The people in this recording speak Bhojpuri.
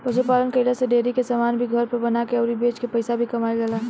पशु पालन कईला से डेरी के समान भी घर पर बना के अउरी बेच के पईसा भी कमाईल जाला